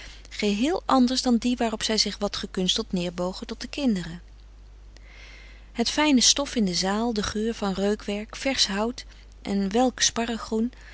geheel anders dan die waarop zij zich wat gekunsteld neerbogen tot de kinderen het fijne stof in de zaal de geur van reukwerk versch hout en welk